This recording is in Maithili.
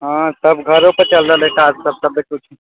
हँ सभ घरोपर चल रहल है काज सभे किछु